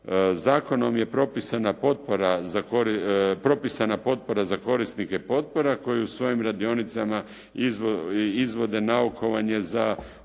Zakonom je propisana potpora za korisnike potpora koji u svojim radionicama izvode naukovanje za obrtnička